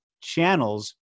channels